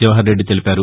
జవహర్రెడ్డి తెలిపారు